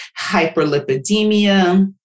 hyperlipidemia